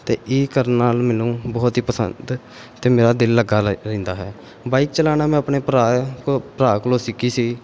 ਅਤੇ ਇਹ ਕਰਨ ਨਾਲ ਮੈਨੂੰ ਬਹੁਤ ਹੀ ਪਸੰਦ ਅਤੇ ਮੇਰਾ ਦਿਲ ਲੱਗਾ ਰੈ ਰਹਿੰਦਾ ਹੈ ਬਾਈਕ ਚਲਾਉਣਾ ਮੈਂ ਆਪਣੇ ਭਰਾ ਕੋਲ ਭਰਾ ਕੋਲੋਂ ਸਿੱਖੀ ਸੀ